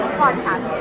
podcast